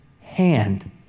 hand